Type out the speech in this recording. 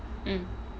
mm